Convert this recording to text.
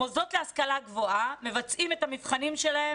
המוסדות להשכלה גבוהה מבצעים את המבחנים שלהם